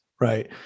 Right